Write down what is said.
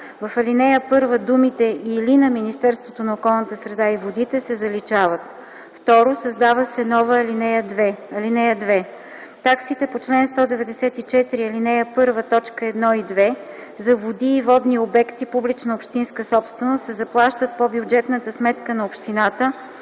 В ал. 1 думите “или на Министерството на околната среда и водите” се заличават. 2. Създава се нова ал. 2: „(2) Таксите по чл. 194, ал. 1, т. 1 и 2 за води и водни обекти публична общинска собственост, се заплащат по бюджетната сметка на общината,